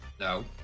No